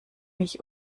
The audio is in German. mich